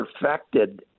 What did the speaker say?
perfected